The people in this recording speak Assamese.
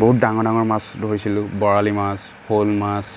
বহুত ডাঙৰ ডাঙৰ মাছ ধৰিছিলোঁ বৰালি মাছ শ'ল মাছ